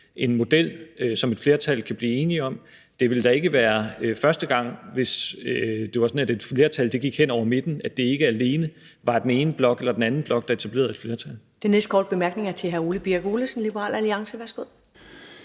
en model, som et flertal kan blive enig om. Det ville da ikke være første gang, hvis det var sådan, at et flertal gik hen over midten, og at det ikke alene var den ene blok eller den anden blok, der etablerede et flertal. Kl. 11:22 Første næstformand (Karen Ellemann): Den næste korte bemærkning er til hr. Ole Birk Olesen, Liberal Alliance. Værsgo.